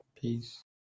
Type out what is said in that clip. Peace